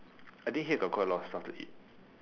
I think here got quite a lot of stuff to eat